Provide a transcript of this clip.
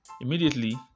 Immediately